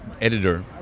editor